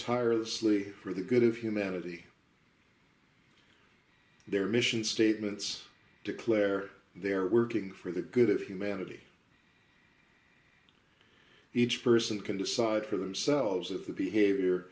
tirelessly for the good of humanity their mission statements declare their working for the good of humanity each person can decide for themselves if the behavior